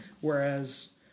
whereas